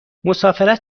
مسافرت